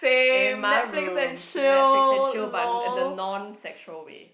in my room Netflix and chill but the non sexual way